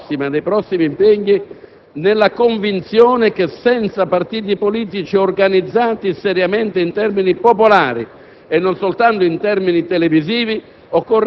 affrontare il problema della campagna elettorale imminente, nei prossimi impegni, nella convinzione che su partiti politici organizzati seriamente in termini popolari,